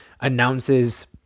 announces